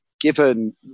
given